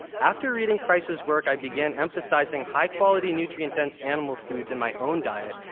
after reading price's work, i began emphasizing high-quality, nutrient-dense animal foods in my own diet,